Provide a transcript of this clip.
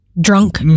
drunk